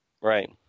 right